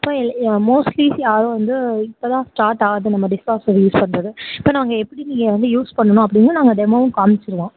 இப்போ எல் மோஸ்ட்லிஸ் யாரும் வந்து இப்போ தான் ஸ்டார்ட் ஆகுது நம்ம டிஷ் வாஷர் யூஸ் பண்ணுறது இப்போ நாங்கள் எப்படி நீங்கள் வந்து யூஸ் பண்ணணும் அப்படின்னும் நாங்கள் டெமோவும் காமிச்சிருவோம்